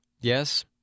Yes